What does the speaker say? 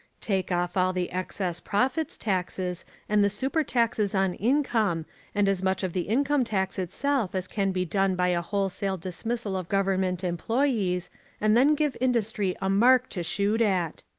take off all the excess profits taxes and the super-taxes on income and as much of the income tax itself as can be done by a wholesale dismissal of government employees and then give industry a mark to shoot at.